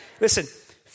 Listen